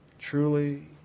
Truly